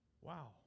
Wow